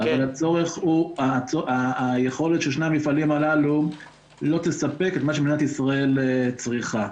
אבל היכולת של שני המפעלים הללו לא תספק את מה שמדינת ישראל צריכה.